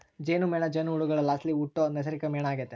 ಜೇನುಮೇಣ ಜೇನುಹುಳುಗುಳ್ಲಾಸಿ ಹುಟ್ಟೋ ನೈಸರ್ಗಿಕ ಮೇಣ ಆಗೆತೆ